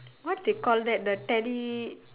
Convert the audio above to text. what they call that the tele